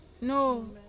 No